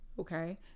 okay